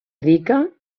rica